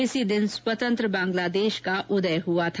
इसी दिन स्वतंत्र बांग्लादेश का उदय हुआ था